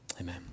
Amen